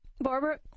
Barbara